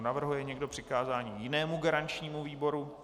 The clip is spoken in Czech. Navrhuje někdo přikázání jinému garančnímu výboru?